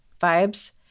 vibes